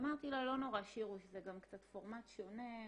ואמרתי לה, לא נורא, שירוש, זה גם קצת פורמט שונה.